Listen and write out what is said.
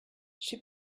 she